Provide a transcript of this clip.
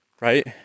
right